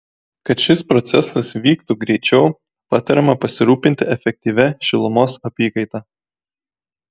kad šis procesas vyktų greičiau patariama pasirūpinti efektyvia šilumos apykaita